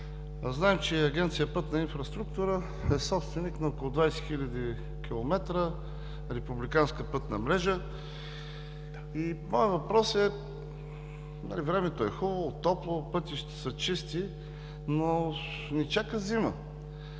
знаем, че Агенция „Пътна инфраструктура” е собственик на около 20 хил. км републиканска пътна мрежа. Времето е хубаво, топло, пътищата са чисти, но ни чака зима.